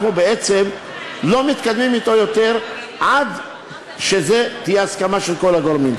אנחנו לא מתקדמים אתו עד שזאת תהיה ההסכמה של כל הגורמים.